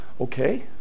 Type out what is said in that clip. okay